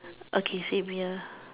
okay same here